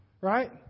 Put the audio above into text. Right